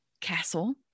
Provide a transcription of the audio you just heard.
castle